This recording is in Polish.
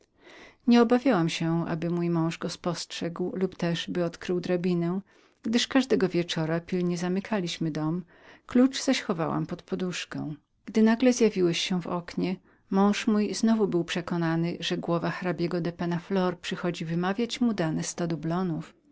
nie obawiałam się aby mój mąż go spostrzegł chociaż drabina była przystawioną do ściany gdyż każdego wieczora pilnie zamykaliśmy dom klucz zaś chowałam pod poduszkę nagle zjawiłeś się pan w oknie mąż mój znowu był przekonanym że głowa hrabiego penna flor przychodzi wymawiać mu dane sto dublonów